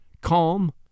calm